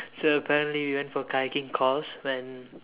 so apparently we went for kayaking course when